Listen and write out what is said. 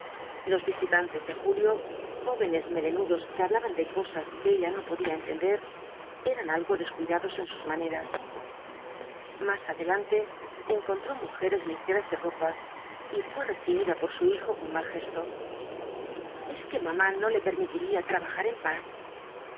los visitantes de julio jóvenes melenudos que hablaban de cosas que ella no podía entender eran algo descuidados en sus maneras más adelante encon v buusco ibanbz tro mujeres ligeras de ropas y fué recibida por sa hijo con mal gesto es que mamá no le permitiría trabajar en paz